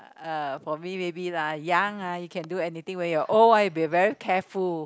uh for me maybe lah young ah you can do anything when you old ah you will be very careful